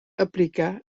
aplicar